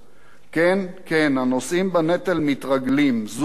כן כן, הנושאים בנטל מתרגלים, זו מהותם.